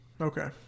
Okay